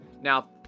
Now